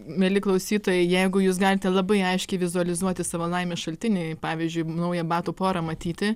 mieli klausytojai jeigu jūs galite labai aiškiai vizualizuoti savo laimės šaltinį pavyzdžiui naują batų porą matyti